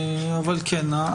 אבל כן,